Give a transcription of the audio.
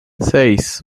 seis